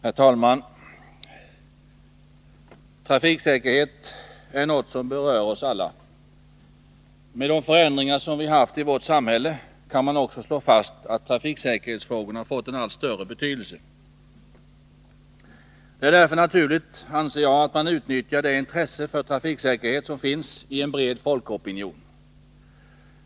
Herr talman! Trafiksäkerhet är något som berör oss alla. Med de förändringar som vi har haft i vårt samhälle kan man också slå fast att trafiksäkerhetsfrågorna fått en allt större betydelse. Det är därför naturligt, anser jag, att man utnyttjar det intresse för trafiksäkerhet som finns i en bred folkopinion.